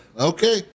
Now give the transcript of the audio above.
Okay